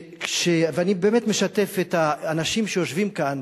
ואני באמת משתף את האנשים שיושבים כאן,